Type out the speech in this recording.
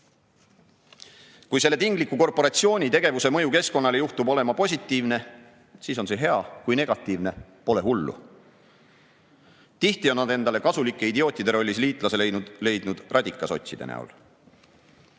Kui selle tingliku korporatsiooni tegevuse mõju keskkonnale juhtub olema positiivne, siis on see hea, kui aga negatiivne, siis pole hullu. Tihti on need inimesed endale kasulike idiootide rollis liitlase leidnud radikasotside näol. Just